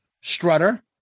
Strutter